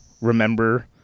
remember